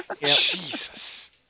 Jesus